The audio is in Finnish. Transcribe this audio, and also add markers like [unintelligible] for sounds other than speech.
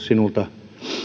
[unintelligible] sinulta